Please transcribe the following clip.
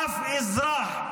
אף אזרח,